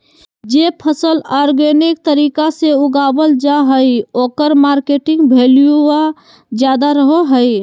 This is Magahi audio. जे फसल ऑर्गेनिक तरीका से उगावल जा हइ ओकर मार्केट वैल्यूआ ज्यादा रहो हइ